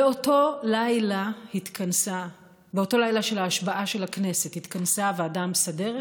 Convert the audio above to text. באותו לילה של השבעת הכנסת התכנסה הוועדה המסדרת.